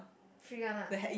free one ah